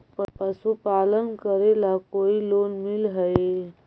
पशुपालन करेला कोई लोन मिल हइ?